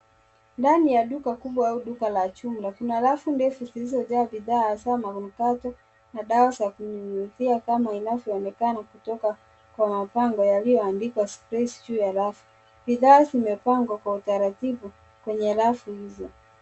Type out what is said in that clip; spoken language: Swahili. Ndani ya duka kubwa au duka la jumla, kuna rafu ndefu zilizojaa bidhaa hasa makaratasi na dawa za kunyunyuzia kama inavyoonekana kutoka kwa mabango yaliyoandikwa, space, juu ya rafu. Bidhaa zimepangwa kwa utaratibu kwenye rafu hizo.